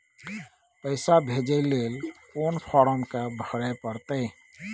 पैसा भेजय लेल कोन फारम के भरय परतै?